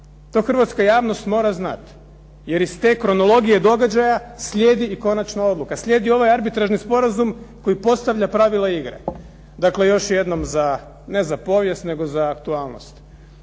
To hrvatska javnost mora znati jer iz te kronologije događaja slijedi i konačna odluka. Slijedi ovaj arbitražni sporazum koji postavlja pravila igre. Dakle, još jednom za, ne za povijest nego za aktualnost,